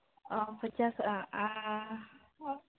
ᱚ ᱯᱚᱪᱟᱥᱟᱜ ᱟᱨ ᱟᱨ